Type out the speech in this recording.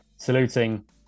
saluting